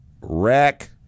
rack